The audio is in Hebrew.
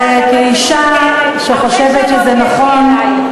וכאישה שחושבת שזה נכון,